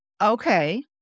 Okay